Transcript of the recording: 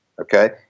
okay